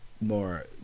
More